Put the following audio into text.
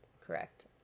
Correct